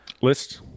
list